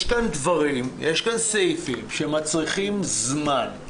יש כאן סעיפים שמצריכים זמן,